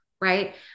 right